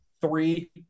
three